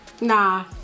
nah